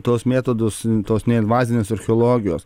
tuos metodus tos neinvazinės archeologijos